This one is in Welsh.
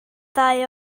ddau